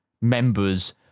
members